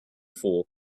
fool